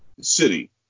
city